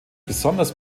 besonders